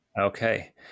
Okay